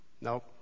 No